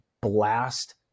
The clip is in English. blast